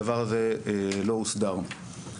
הדבר הזה לא הוסדר.